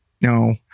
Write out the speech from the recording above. No